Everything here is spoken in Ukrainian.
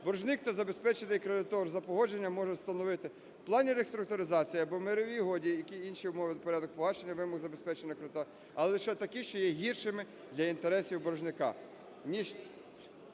Боржник та забезпечений кредитор за погодженням можуть встановити в плані реструктуризації або в мировій угоді … інші умови і порядок погашення вимог забезпеченого кредитора, але лише такі, що є гіршими для інтересів боржника,